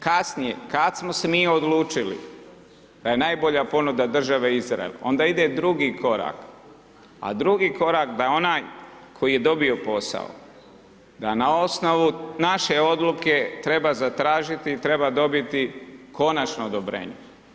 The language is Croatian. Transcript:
Kasnije kad smo se mi odlučili da je najbolja ponuda države Izrael, onda ide drugi korak da je onaj koji je dobio posao, da na osnovu naše odluke treba zatražiti i treba dobiti konačno odobrenje.